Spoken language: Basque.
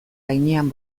gainean